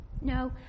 No